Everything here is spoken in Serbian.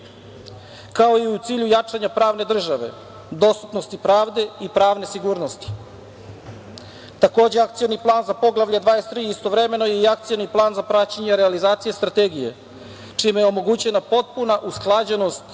kao i u cilju jačanja pravne države, dostupnosti pravde i pravne sigurnosti. Takođe, Akcioni plan za Poglavlje 23, istovremeno i Akcioni plan za praćenje realizacije strategije, čime je omogućena potpuna usklađenost